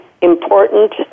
important